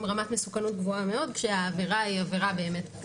רמת מסוכנות גבוהה מאוד והעבירה היא פחותה.